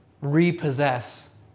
repossess